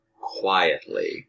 quietly